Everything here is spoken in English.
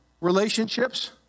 relationships